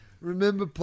Remember